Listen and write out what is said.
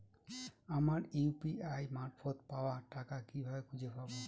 আমার ইউ.পি.আই মারফত পাওয়া টাকা কিভাবে খুঁজে পাব?